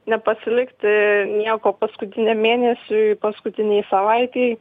nepasilikti nieko paskutiniam mėnesiui paskutinei savaitei